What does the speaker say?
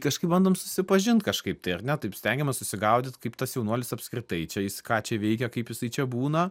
kažkaip bandom susipažint kažkaip tai ar ne taip stengiamės susigaudyt kaip tas jaunuolis apskritai čia jis ką čia veikia kaip jisai čia būna